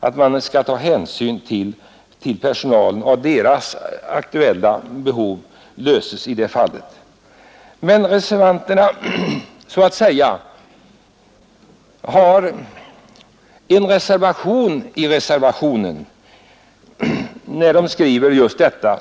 Hänsyn skall tas till personalen och till dess aktuella behov. Men reservanterna har så att säga en reservation i reservationen när de skriver, som jag citerade.